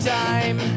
time